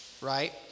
right